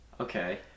Okay